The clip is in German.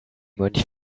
mönch